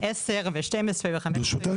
ברשותך,